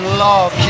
love